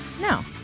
No